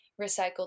recycled